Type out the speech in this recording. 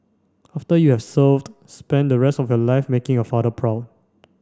after you have served spend the rest of your life making your father proud